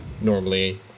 Normally